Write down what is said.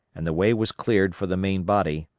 and the way was cleared for the main body,